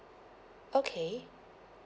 okay